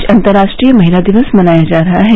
आज अंतर्राष्ट्रीय महिला दिवस मनाया जा रहा है